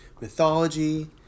mythology